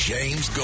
James